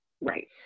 right